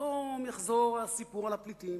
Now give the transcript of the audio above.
ופתאום יחזור הסיפור על הפליטים,